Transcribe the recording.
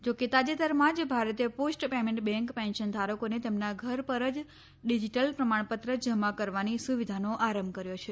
જો કે તાજેતરમાં જ ભારતીય પોસ્ટ પેમેન્ટ બેન્કે પેન્શન ધારકોને તેમના ઘર પર જ ડિજીટલ પ્રમાણપત્ર જમા કરવાની સુવિધાનો આરંભ કર્યો છે